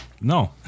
No